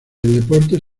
deportes